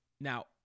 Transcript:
Now